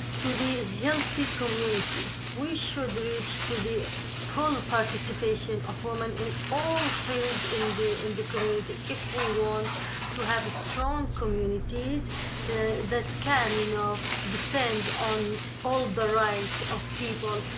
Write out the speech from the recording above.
to the healthy community. we should reach to the full participation of women in all field in the in the community if we want to have strong communities that can you know defend on all the rights of people,